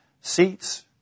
seats